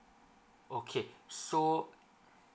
okay so